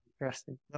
Interesting